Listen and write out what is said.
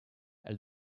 elle